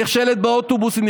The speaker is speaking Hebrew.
נכשלת באוטובוסים,